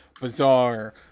bizarre